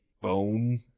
Bone